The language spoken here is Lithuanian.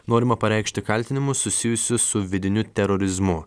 norima pareikšti kaltinimus susijusius su vidiniu terorizmu